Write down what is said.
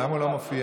למה הוא לא מופיע?